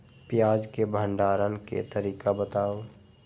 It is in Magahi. प्याज के भंडारण के तरीका बताऊ?